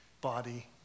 body